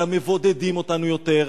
אלא מבודדים אותנו יותר,